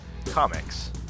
Comics